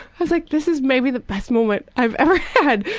i was like, this is maybe the best moment i've ever had.